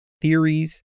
theories